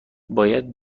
باید